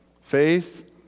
faith